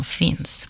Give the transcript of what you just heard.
finns